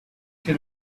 can